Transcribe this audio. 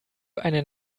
einen